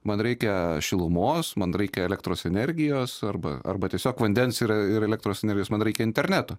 man reikia šilumos man reikia elektros energijos arba arba tiesiog vandens ir ir elektros energijos man reikia interneto